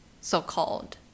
so-called